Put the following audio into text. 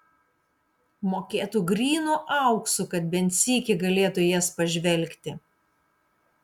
mokėtų grynu auksu kad bent sykį galėtų į jas pažvelgti